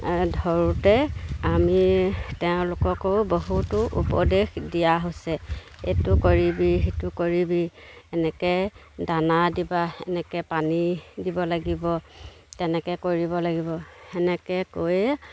ধৰোঁতে আমি তেওঁলোককো বহুতো উপদেশ দিয়া হৈছে এইটো কৰিবি সেইটো কৰিবি এনেকৈ দানা দিবা এনেকৈ পানী দিব লাগিব তেনেকৈ কৰিব লাগিব সেনেকৈ কৈয়ে